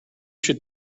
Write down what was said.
should